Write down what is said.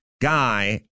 guy